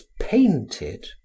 painted